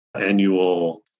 annual